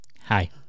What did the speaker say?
Hi